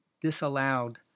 disallowed